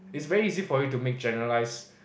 it's very easy for you to make generalized